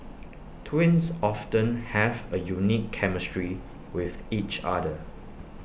twins often have A unique chemistry with each other